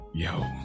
Yo